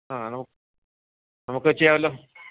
ആ നം നമുക്ക് ചെയ്യാമല്ലോ